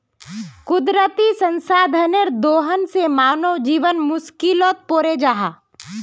कुदरती संसाधनेर दोहन से मानव जीवन मुश्कीलोत पोरे जाहा